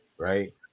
Right